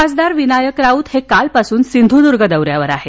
खासदार विनायक राउत हे कालपासून सिंधुदर्ग दौऱ्यावर आहेत